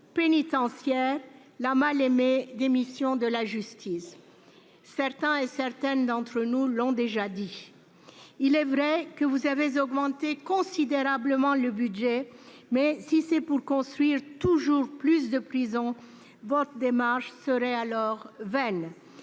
pénitentiaire, la mal-aimée des missions incombant à la justice- certains d'entre nous l'ont déjà dit. Il est vrai que vous avez augmenté considérablement le budget du ministère, mais, si c'est pour construire toujours plus de prisons, votre démarche est vaine.